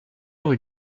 rue